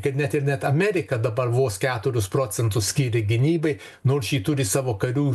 kad net ir net amerika dabar vos keturis procentus skiria gynybai nors ši turi savo karių